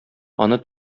аны